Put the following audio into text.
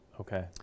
Okay